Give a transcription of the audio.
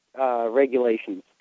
regulations